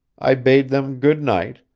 i bade them good-night,